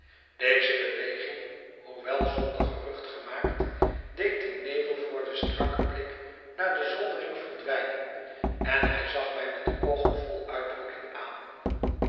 deze beweging hoewel zonder gerucht gemaakt deed den nevel voor den strakken blik naar de zoldering verdwijnen en hij zag mij met oogen vol uitdrukking aan